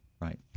Right